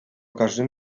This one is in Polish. każdym